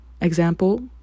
Example